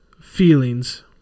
feelings